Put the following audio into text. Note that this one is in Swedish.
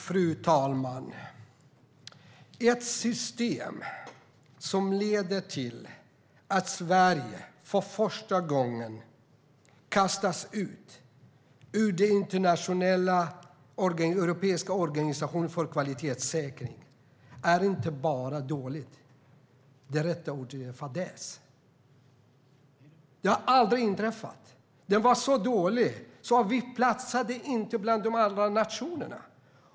Fru talman! Ett system som leder till att Sverige för första gången kastas ut ur den europeiska organisationen för kvalitetssäkring är inte bara dåligt. Det rätta ordet är fadäs! Något sådant har aldrig tidigare inträffat. Det var så dåligt att vi inte platsade bland de andra nationerna.